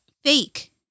Fake